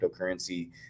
cryptocurrency